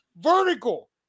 vertical